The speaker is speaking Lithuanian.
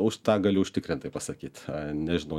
už tą galiu užtikrintai pasakyti nežinau